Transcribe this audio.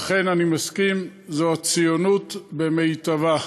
ואכן, אני מסכים, זו הציונות במיטבה.